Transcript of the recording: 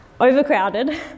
overcrowded